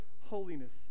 holiness